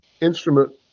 instrument